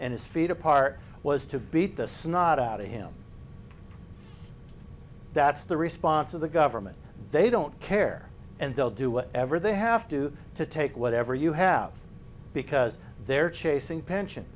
and his feet apart was to beat the snot out of him that's the response of the government they don't care and they'll do whatever they have to do to take whatever you have because they're chasing pension